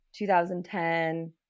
2010